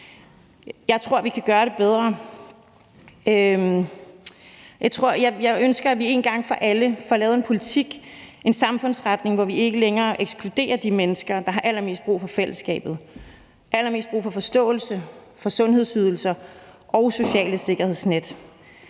Jeg tror, vi kan gøre det bedre. Jeg ønsker, at vi en gang for alle får lavet en politik og en retning for samfundet, hvor vi ikke længere ekskluderer de mennesker, der har allermest brug for fællesskabet, allermest brug for forståelse og for sundhedsydelser og sociale sikkerhedsnet.